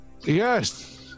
Yes